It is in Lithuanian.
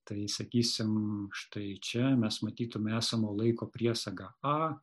tai sakysim štai čia mes matytume esamo laiko priesagą a